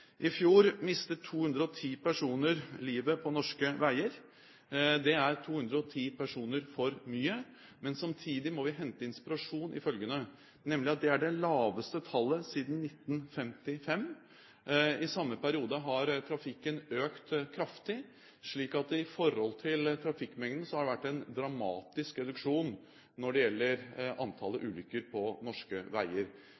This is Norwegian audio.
I fjor mistet 210 personer livet på norske veier – det er 210 personer for mye. Men samtidig må vi hente inspirasjon i følgende: at det er det laveste antallet siden 1955. I samme periode har trafikken økt kraftig, slik at i forhold til trafikkmengden har det vært en dramatisk reduksjon når det gjelder